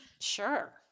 Sure